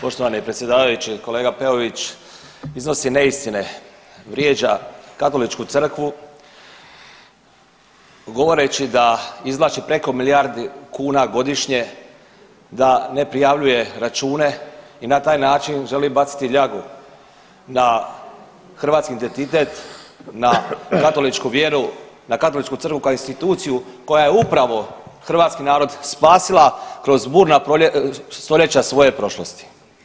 Poštovani predsjedavajući, kolega Peović iznosi neistine, vrijeđa Katoličku crkvu govoreći da izvlači preko milijardi kuna godišnje, da ne prijavljuje račune i na taj način želi baciti ljagu na hrvatski identitet, na katoličku vjeru, na Katoličku crkvu kao instituciju koja je upravo hrvatski narod spasila kroz burna stoljeća svoje prošlosti.